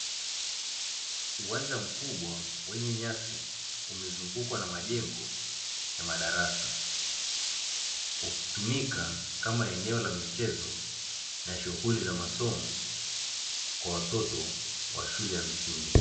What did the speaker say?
Uwanja mkubwa wenye nyasi umezungukwa na majengo ya madarasa, ukitumika kama eneo la michezo na shughuli za masomo kwa watoto wa shule ya msingi.